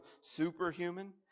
superhuman